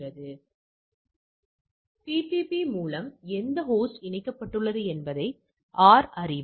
எனவே பிபிபி மூலம் எந்த ஹோஸ்ட் இணைக்கப்பட்டுள்ளது என்பதை R அறிவார்